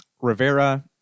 rivera